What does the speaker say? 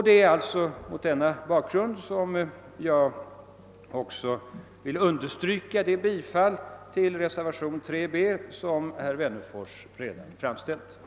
Det är alltså mot denna bakgrund som jag också vill understryka det bifall till reservationen 3 b som herr Wennerfors redan hemställt om.